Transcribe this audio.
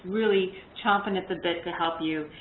really chomping at the bit to help you.